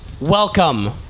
Welcome